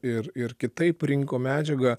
ir ir kitaip rinko medžiagą